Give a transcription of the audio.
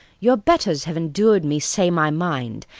your betters have endur'd me say my mind,